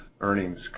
earnings